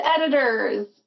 editors